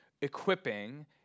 equipping